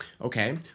Okay